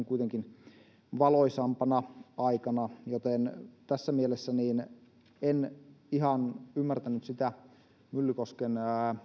kuitenkin valoisampana aikana joten tässä mielessä en ihan ymmärtänyt sitä myllykosken